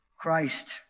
Christ